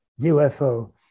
UFO